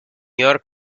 york